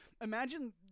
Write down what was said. Imagine